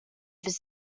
his